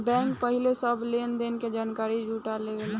bank पहिले सब लेन देन के जानकारी जुटा लेवेला